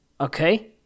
okay